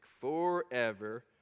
forever